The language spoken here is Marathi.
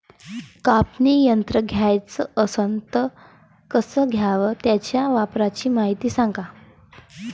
कापनी यंत्र घ्याचं असन त कस घ्याव? त्याच्या वापराची मायती सांगा